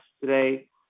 today